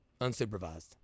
unsupervised